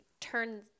turn